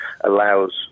allows